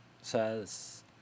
says